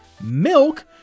milk